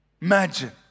Imagine